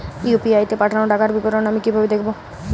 UPI তে পাঠানো টাকার বিবরণ আমি কিভাবে দেখবো?